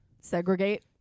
Segregate